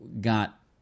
got